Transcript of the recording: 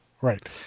Right